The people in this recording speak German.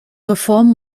reform